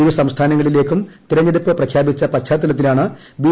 ഇരു സംസ്ഥാനങ്ങളിലേക്കും തിരഞ്ഞെടുപ്പ് പ്രഖ്യാപിച്ച പശ്ചാതലത്തിലാണ് ബി